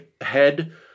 head